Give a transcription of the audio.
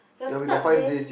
the third day